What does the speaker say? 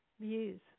views